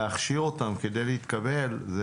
להכשיר אותן כדי להתקבל.